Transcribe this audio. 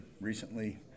Recently